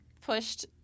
pushed